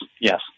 Yes